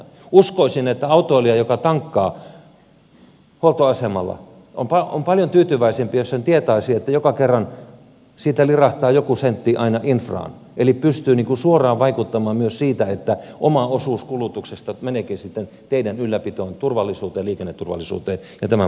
uskoisin että autoilija joka tankkaa huoltoasemalla olisi paljon tyytyväisempi jos hän tietäisi että joka kerran siitä lirahtaa joku sentti infraan eli pystyy suoraan vaikuttamaan myös siihen että oma osuus kulutuksesta meneekin sitten teiden ylläpitoon liikenneturvallisuuteen ja tämän puolen asian hoitamiseen